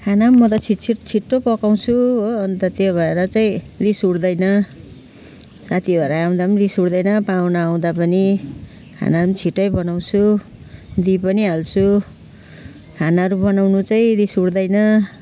खाना म त छिट छिट छिटो पकाउँछु हो अन्त त्यही भएर चाहिँ रिस उठ्दैन साथी भाइहरू आउँदा रिस उठ्दैन पाहुना आउँदा पनि खाना छिटै बनाउँछु दिइ पनि हाल्छु खानाहरू बनाउनु चाहिँ रिस उठ्दैन